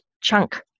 chunk